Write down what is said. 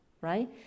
right